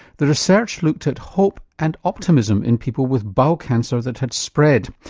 the research looked at hope and optimism in people with bowel cancer that had spread.